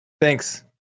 thanks